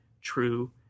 true